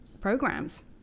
programs